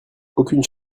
aucune